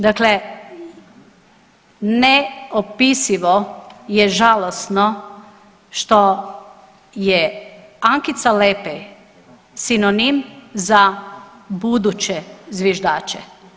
Dakle, neopisivo je žalosno što je Ankica Lepej sinonim za buduće zviždače.